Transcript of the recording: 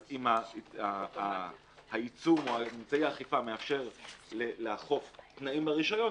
אז אם העיצום או אמצעי האכיפה מאפשר לאכוף תנאים ברישיון,